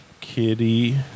kitty